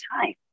time